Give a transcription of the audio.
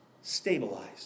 stabilized